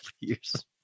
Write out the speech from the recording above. years